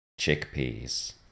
chickpeas